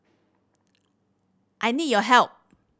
I need your help